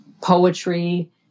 poetry